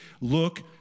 look